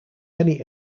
many